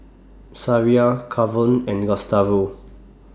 Sariah Kavon and Gustavo